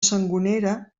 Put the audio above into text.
sangonera